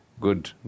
Good